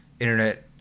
internet